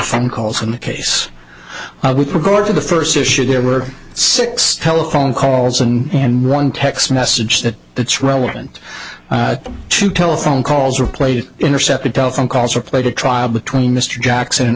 phone calls in the case with regard to the first issue there were six telephone calls and and one text message that that's relevant to telephone calls or played intercepted telephone calls or played a trial between mr jackson